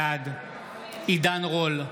בעד עידן רול,